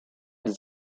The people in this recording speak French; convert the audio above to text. des